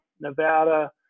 Nevada